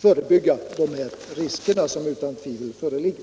förebygga de här riskerna som utan tvivel föreligger.